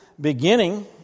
beginning